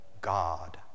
God